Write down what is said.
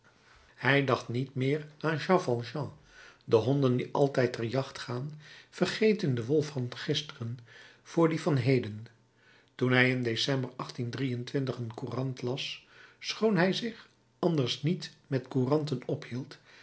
hij dacht niet meer aan jean valjean de honden die altijd ter jacht gaan vergeten den wolf van gisteren voor dien van heden toen hij in december een courant las schoon hij zich anders niet met couranten ophield